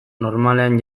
normalean